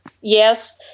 Yes